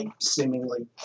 seemingly